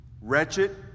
wretched